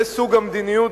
זה סוג המדיניות,